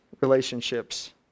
relationships